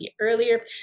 earlier